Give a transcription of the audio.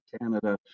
Canada